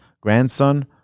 grandson